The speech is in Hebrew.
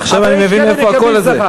עכשיו אני מבין מאיפה הקול הזה.